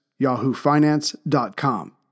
yahoofinance.com